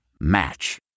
Match